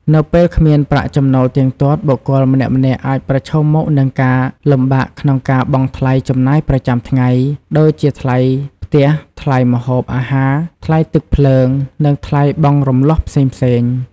នៅពេលគ្មានប្រាក់ចំណូលទៀងទាត់ បុគ្គលម្នាក់ៗអាចប្រឈមមុខនឹងការលំបាកក្នុងការបង់ថ្លៃចំណាយប្រចាំថ្ងៃ ដូចជាថ្លៃផ្ទះ ថ្លៃម្ហូបអាហារ ថ្លៃទឹកភ្លើង និងថ្លៃបង់រំលស់ផ្សេងៗ។